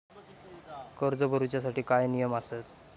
कर्ज भरूच्या साठी काय नियम आसत?